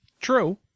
True